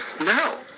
no